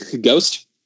Ghost